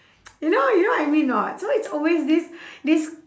you know you know what I mean or not so it's always this this